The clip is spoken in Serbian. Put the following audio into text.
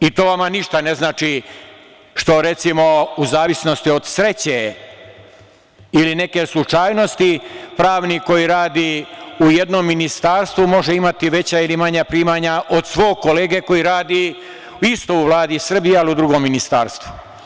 To vama ništa ne znači što u zavisnosti od sreće ili neke slučajnosti pravnik koji radi u jednom ministarstvu može imati veća ili manja primanja od svog kolege koji radi isto u Vladi Srbije, ali u drugom ministarstvu.